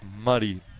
muddy